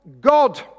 God